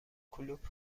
کلوپ